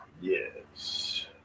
Yes